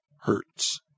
hurts